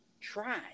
try